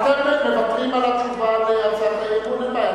האם אתם מוותרים על התשובה על הצעת האי-אמון?